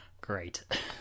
Great